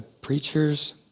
preachers